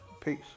Peace